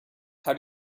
how